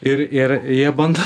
ir ir jie bando